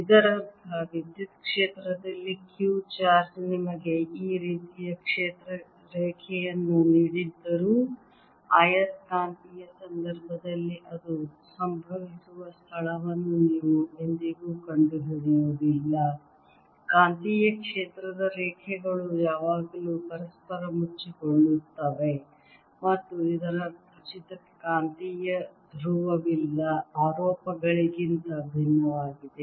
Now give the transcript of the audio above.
ಇದರರ್ಥ ವಿದ್ಯುತ್ ಕ್ಷೇತ್ರದಲ್ಲಿ q ಚಾರ್ಜ್ ನಿಮಗೆ ಈ ರೀತಿಯ ಕ್ಷೇತ್ರ ರೇಖೆಯನ್ನು ನೀಡಿದ್ದರೂ ಆಯಸ್ಕಾಂತೀಯ ಸಂದರ್ಭದಲ್ಲಿ ಅದು ಸಂಭವಿಸುವ ಸ್ಥಳವನ್ನು ನೀವು ಎಂದಿಗೂ ಕಂಡುಹಿಡಿಯುವುದಿಲ್ಲ ಕಾಂತೀಯ ಕ್ಷೇತ್ರದ ರೇಖೆಗಳು ಯಾವಾಗಲೂ ಪರಸ್ಪರ ಮುಚ್ಚಿಕೊಳ್ಳುತ್ತವೆ ಮತ್ತು ಇದರರ್ಥ ಉಚಿತ ಕಾಂತೀಯ ಧ್ರುವವಿಲ್ಲ ಆರೋಪಗಳಿಗಿಂತ ಭಿನ್ನವಾಗಿದೆ